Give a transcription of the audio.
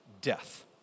death